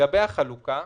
לגבי החלוקה,